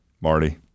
Marty